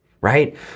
right